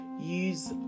Use